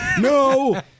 no